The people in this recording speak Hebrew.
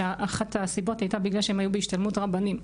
ואחת הסיבות הייתה בגלל שהם היו בהשתלמות רבנים.